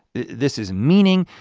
this is meaning,